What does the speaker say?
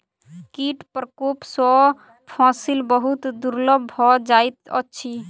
कीट प्रकोप सॅ फसिल बहुत दुर्बल भ जाइत अछि